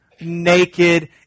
naked